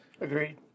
Agreed